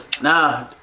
Nah